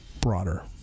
broader